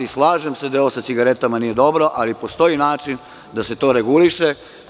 Slažem se da ovo sa cigaretama nije dobro, ali postoji način da se to reguliše.